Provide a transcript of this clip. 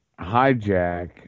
hijack